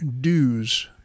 dues